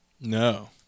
No